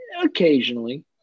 Occasionally